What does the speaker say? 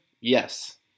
yes